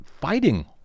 fighting